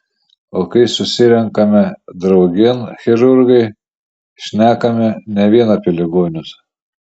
o kai susirenkame draugėn chirurgai šnekame ne vien apie ligonius